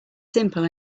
simple